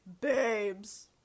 babes